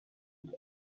and